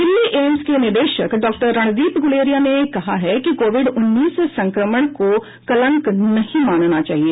Delhi AIIMS के निदेशक doctor Randeep Guleria ने कहा है कि कोविड उन्नीस से संक्रमण को कलंक नही मानना चाहिए